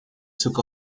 took